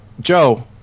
Joe